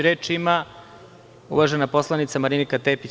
Reč ima, uvažena poslanica, Marinika Tepić.